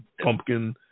pumpkin